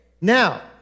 Now